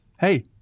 Hey